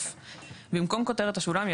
(א)במקום כותרת השוליים,